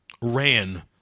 ran